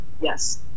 Yes